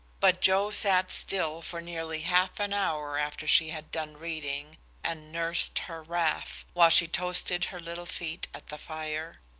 but joe sat still for nearly half an hour after she had done reading and nursed her wrath, while she toasted her little feet at the fire.